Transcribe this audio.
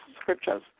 scriptures